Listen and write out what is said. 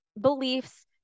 beliefs